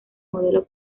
modelo